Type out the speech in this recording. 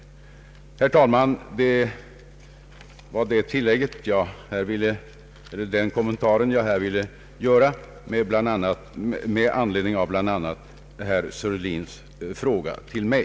Herr talman! Jag har velat göra denna kommentar med anledning av bl.a. herr Sörlins fråga till mig.